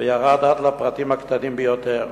וירד עד לפרטים הקטנים ביותר.